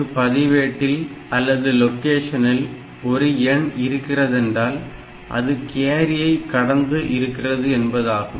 ஒரு பதிவேட்டில் அல்லது லொகேஷனில் ஒரு எண் இருக்கிறதென்றால் அது கேரியை கடந்து இருக்கிறது என்பதாகும்